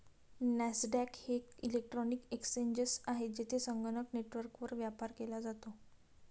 Nasdaq एक electronic exchange आहे, जेथे संगणक नेटवर्कवर व्यापार केला जातो